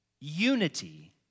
unity